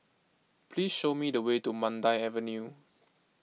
please show me the way to Mandai Avenue